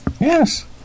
Yes